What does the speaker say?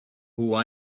who